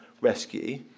rescue